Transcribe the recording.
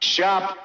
Shop